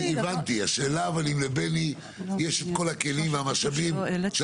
השאלה אם לבני יש את כל הכלים והמשאבים של